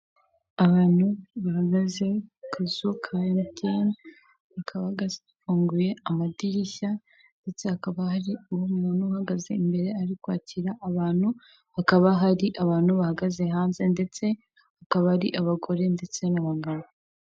Abantu bahaze ku kazu ka MTN, hakaba hafunguye amadirishya ndetse hakaba hari uwo umuntu uhagaze imbere ari kwakira abantu, hakaba hari abantu bahagaze hanze ndetse hakaba hari abagore ndetse n'abagabo.